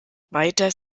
weiters